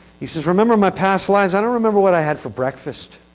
he said, remember my past lives? i don't remember what i had for breakfast.